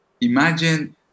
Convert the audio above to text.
imagine